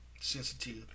sensitive